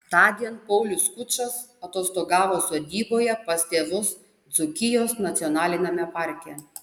tądien paulius skučas atostogavo sodyboje pas tėvus dzūkijos nacionaliniame parke